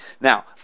Now